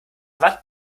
watt